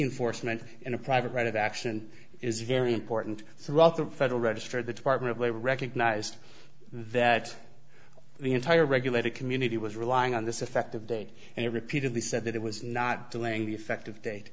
enforcement and a private right of action is very important throughout the federal register the department of labor recognized that the entire regulated community was relying on this effective date and it repeatedly said that it was not delaying the effective date